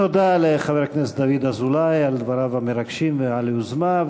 תודה לחבר הכנסת דוד אזולאי על דבריו המרגשים ועל היוזמה,